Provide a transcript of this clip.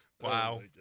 Wow